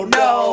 no